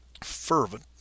fervent